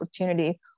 opportunity